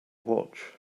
watch